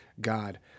God